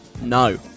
No